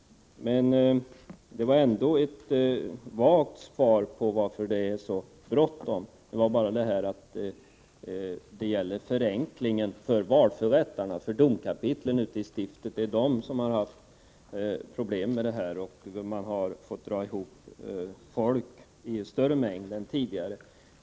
Det var ändå ett vagt svar jag fick på frågan varför det är så bråttom, att det gäller en förenkling för valförrättarna, för domkapitlen ute i stiften. Det är de som har haft problem — de har fått dra ihop folk i större mängd än tidigare.